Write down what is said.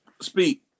Speak